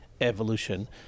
evolution